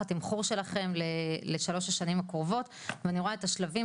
התמחור שלכם לשלוש השנים הקרובות ואני רואה את השלבים,